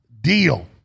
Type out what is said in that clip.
deal